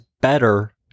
better